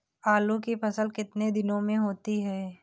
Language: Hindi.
आलू की फसल कितने दिनों में होती है?